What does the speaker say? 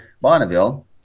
Bonneville